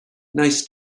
nice